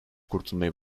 kurtulmayı